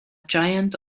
giant